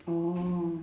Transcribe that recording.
orh